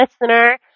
listener